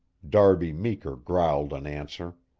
darby meeker growled an answer.